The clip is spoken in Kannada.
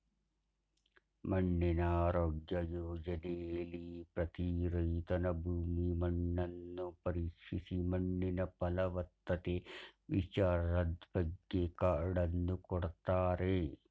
ಮಣ್ಣಿನ ಆರೋಗ್ಯ ಯೋಜನೆಲಿ ಪ್ರತಿ ರೈತನ ಭೂಮಿ ಮಣ್ಣನ್ನು ಪರೀಕ್ಷಿಸಿ ಮಣ್ಣಿನ ಫಲವತ್ತತೆ ವಿಚಾರದ್ಬಗ್ಗೆ ಕಾರ್ಡನ್ನು ಕೊಡ್ತಾರೆ